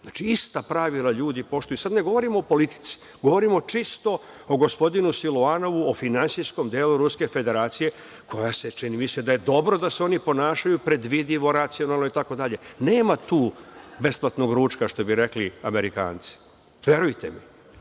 Znači, ista pravila ljudi poštuju. Sad ne govorimo o politici, govorimo čisto o gospodinu Siluanovu, o finansijskom delu Ruske Federacije koja se, čini mi se, da je dobro da se oni ponašaju predvidivo, racionalno itd. Nema tu besplatnog ručka, što bi rekli Amerikanci, verujte mi.